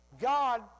God